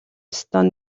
ёстой